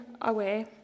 away